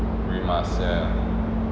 rimas ya